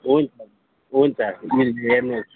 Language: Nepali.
हुन्छ हुन्छ हेर्नुहोस्